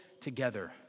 together